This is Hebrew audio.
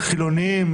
חילונים,